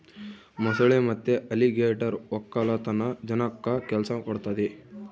ಮೊಸಳೆ ಮತ್ತೆ ಅಲಿಗೇಟರ್ ವಕ್ಕಲತನ ಜನಕ್ಕ ಕೆಲ್ಸ ಕೊಡ್ತದೆ